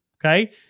Okay